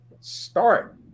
start